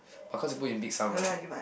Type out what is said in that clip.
but cause you put in big sum right